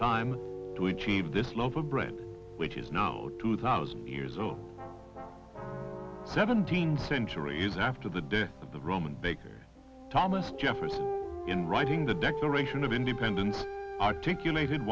time to achieve this loaf of bread which is no two thousand years old seventeenth centuries after the death of the roman baker thomas jefferson in writing the declaration of independence articulated